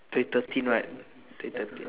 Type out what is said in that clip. twenty thirteen right twenty thirteen